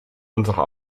unserer